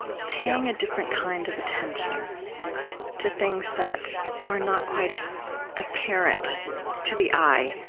paying a different kind of attention to things that are not quite as apparent to the eye,